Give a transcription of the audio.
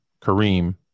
Kareem